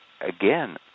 Again